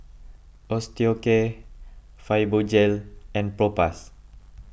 Osteocare Fibogel and Propass